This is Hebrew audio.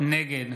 נגד